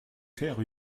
faire